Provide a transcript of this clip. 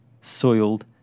soiled